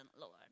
Lord